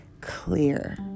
clear